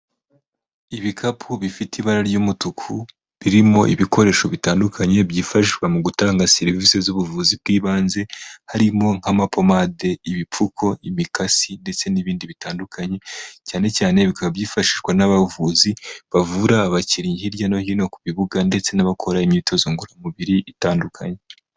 Ibikapu bifite ibara ry'umutuku birimo ibikoresho bitandukanye byifashishwa mu gutanga serivisi z'ubuvuzi bw'ibanze, harimo nk'amapomade, ibipfuko imikasi ndetse n'ibindi bitandukanye, cyane cyane bikaba byifashishwa n'abavuzi bavura abakinnyi hirya no hino ku bibuga ndetse n'abakora imyitozo ngororamubiri itandukanye.